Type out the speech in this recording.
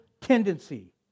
tendency